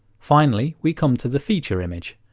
finally, we come to the feature image.